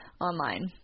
online